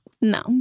no